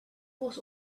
was